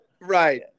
right